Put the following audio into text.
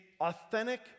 authentic